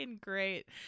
great